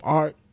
art